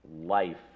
life